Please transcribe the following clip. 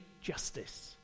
justice